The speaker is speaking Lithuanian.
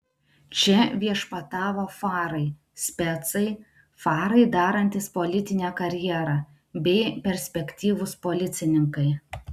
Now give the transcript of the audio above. čia viešpatavo farai specai farai darantys politinę karjerą bei perspektyvūs policininkai